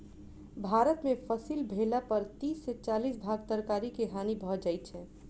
भारत में फसिल भेला पर तीस से चालीस भाग तरकारी के हानि भ जाइ छै